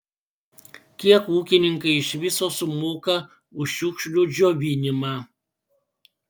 kiek ūkininkai iš viso sumoka už šiukšlių džiovinimą